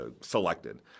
selected